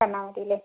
തന്നാൽ മതി അല്ലെ